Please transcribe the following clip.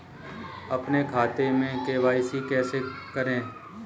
अपने खाते में के.वाई.सी कैसे कराएँ?